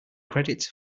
credits